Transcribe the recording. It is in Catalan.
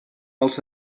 els